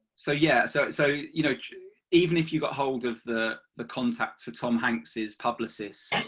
so yeah so so you know even if you got hold of the the contact for tom hanks's publicist,